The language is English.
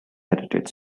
heritage